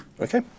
Okay